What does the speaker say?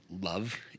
love